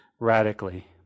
radically